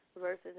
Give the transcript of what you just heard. versus